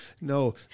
No